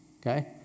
Okay